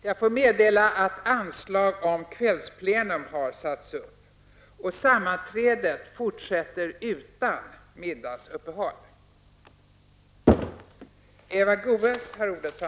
Jag får meddela att anslag nu har satts upp om att detta sammanträde skall fortsätta efter kl. 19.00.